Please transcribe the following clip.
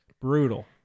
Brutal